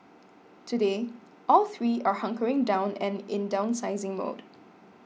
today all three are hunkering down and in downsizing mode